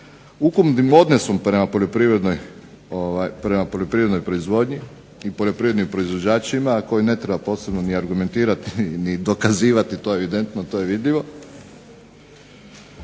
ukupnim odnosom prema poljoprivrednoj proizvodnji i poljoprivrednim proizvođačima, a koje ne treba posebno argumentirati ni dokazivati, to je evidentno i vidljivo,